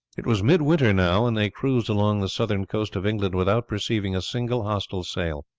it was midwinter now, and they cruised along the southern coast of england without perceiving a single hostile sail.